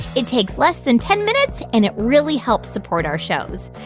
it takes less than ten minutes, and it really helps support our shows.